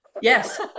Yes